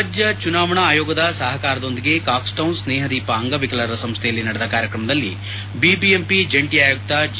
ರಾಜ್ಯ ಚುನಾವಣಾ ಆಯೋಗದ ಸಹಕಾರದೊಂದಿಗೆ ಕಾಕ್ಸೆಟೌನ್ ಸ್ನೇಪ ದೀಪ ಅಂಗವಿಕಲರ ಸಂಸ್ಥೆಯಲ್ಲಿ ನಡೆದ ಕಾರ್ಯಕ್ರಮದಲ್ಲಿ ಬಿಬಿಎಂಪಿ ಜಂಟಿ ಆಯುಕ್ತ ಜಿ